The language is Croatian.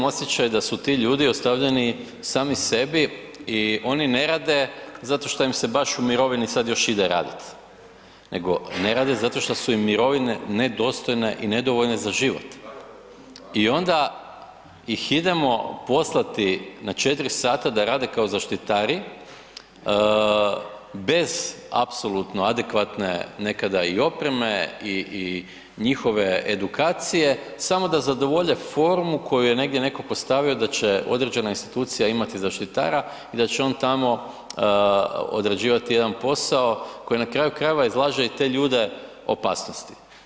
Moram vam reći da ja imam osjećaj da su ti ljudi ostavljeni sami sebi i oni ne rade zato što im se baš u mirovini sad još ide radit nego ne rade zato što su im mirovine nedostojne i nedovoljne za život i onda ih idemo poslati na 4 sata da rade kao zaštitari bez apsolutno adekvatne nekada i opreme i njihove edukacije, samo da zadovolje formu koju je netko negdje postavio da će određena institucija imati zaštitara i da će on tamo odrađivati jedan posao koji na kraju krajeva izlaže i te ljude opasnosti.